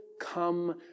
come